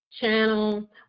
channel